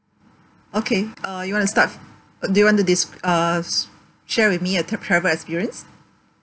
okay uh you want to start first uh do you want to desc~ uh s~ share with me a te~ travel experience